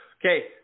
Okay